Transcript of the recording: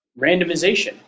randomization